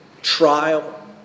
trial